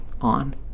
on